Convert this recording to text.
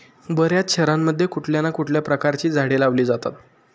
बर्याच शहरांमध्ये कुठल्या ना कुठल्या प्रकारची झाडे लावली जातात